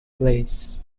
place